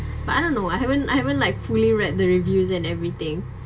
but I don't know I haven't I haven't like fully read the reviews and everything